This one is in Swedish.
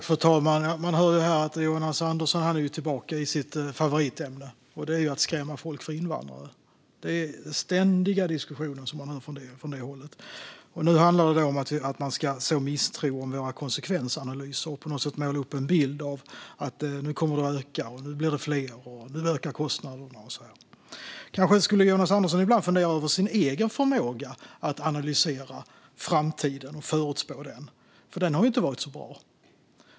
Fru talman! Man hör här att Jonas Andersson är tillbaka i sitt favoritämne: att skrämma folk för invandrare. Detta återkommer ständigt i diskussionerna från det hållet. Nu handlar det om att så misstro om våra konsekvensanalyser. Man vill på något sätt måla upp en bild av att det kommer att öka, att det blir fler och att kostnaderna kommer att öka. Kanske Jonas Andersson ibland borde fundera över sin egen förmåga att analysera och förutspå framtiden. Den har ju inte varit så bra.